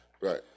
Right